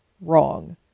wrong